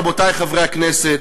רבותי חברי הכנסת,